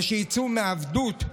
ושיצאו מעבדות,